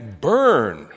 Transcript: burn